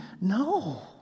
no